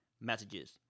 messages